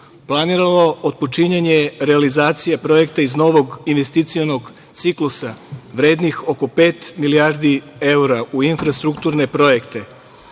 planiralo otpočinjanje realizacije projekta iz novog investicionog ciklusa vrednih oko pet milijardi evra u infrastrukturne projekte,